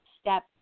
step